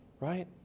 right